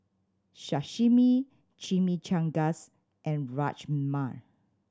Sashimi Chimichangas and Rajma